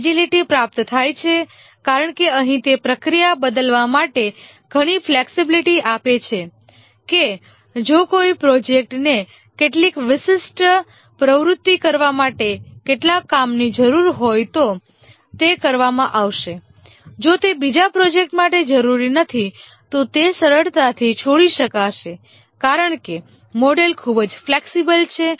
agility પ્રાપ્ત થાય છે કારણ કે અહીં તે પ્રક્રિયાને બદલવા માટે ઘણી ફ્લેક્સિબિલિટી આપે છે કે જો કોઈ પ્રોજેક્ટને કેટલીક વિશિષ્ટ પ્રવૃત્તિ કરવા માટે કેટલાક કામની જરૂર હોય તો તે કરવામાં આવશે જો તે બીજા પ્રોજેક્ટ માટે જરૂરી નથી તો તે સરળતાથી છોડી શકાશે કારણ કે મોડેલ ખૂબ જ ફ્લેક્સિબલ છે